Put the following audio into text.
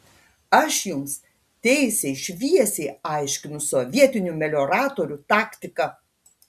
aš jums teisiai šviesiai aiškinu sovietinių melioratorių taktiką